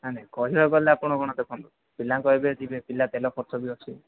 ନାଇଁ ନାଇଁ କହିବାକୁ ଗଲେ ଆପଣ ଦେଖନ୍ତୁ ପିଲାଙ୍କ ଏବେ ଯିବେ ପିଲା ତେଲ ଖର୍ଚ୍ଚ ବି ଅଛି